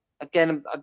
again